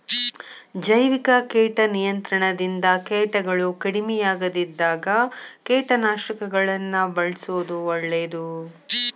ಜೈವಿಕ ಕೇಟ ನಿಯಂತ್ರಣದಿಂದ ಕೇಟಗಳು ಕಡಿಮಿಯಾಗದಿದ್ದಾಗ ಕೇಟನಾಶಕಗಳನ್ನ ಬಳ್ಸೋದು ಒಳ್ಳೇದು